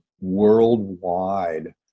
worldwide